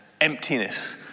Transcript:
emptiness